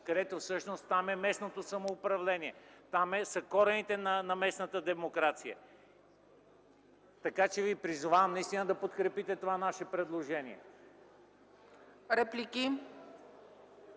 съветници. Всъщност там е местното самоуправление, там са корените на местната демокрация. Така че ви призовавам да подкрепите това наше предложение.